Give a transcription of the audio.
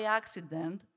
accident